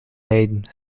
paid